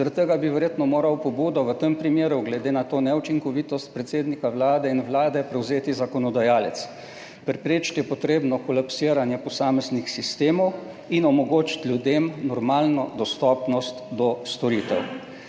Zaradi tega bi verjetno moral pobudo v tem primeru, glede na to neučinkovitost predsednika Vlade in Vlade, prevzeti zakonodajalec. Preprečiti je potrebno kolapsiranje posameznih sistemov in omogočiti ljudem normalno dostopnost do storitev.